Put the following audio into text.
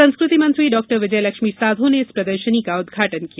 संस्कृति मंत्री डॉविजयलक्ष्मी साधौ ने इस प्रदर्शनी का उदघाटन किया